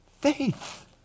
faith